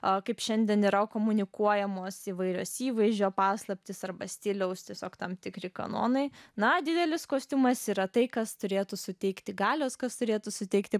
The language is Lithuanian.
o kaip šiandien yra komunikuojamos įvairios įvaizdžio paslaptys arba stiliaus tiesiog tam tikri kanonai na didelis kostiumas yra tai kas turėtų suteikti galios kas turėtų suteikti